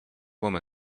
woman